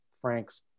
Frank's